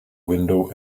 window